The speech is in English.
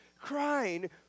crying